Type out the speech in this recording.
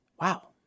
wow